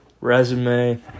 resume